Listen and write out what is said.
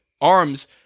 arms